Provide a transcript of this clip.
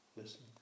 listen